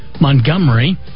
montgomery